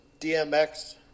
DMX